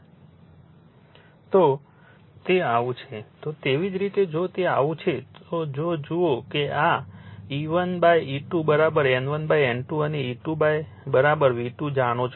જો તે આવું છે તો તેવી જ રીતે જો તે આવું છે તો જો જુઓ આ કે E1 E2 N1 N2 અને E2 V2 જાણો છો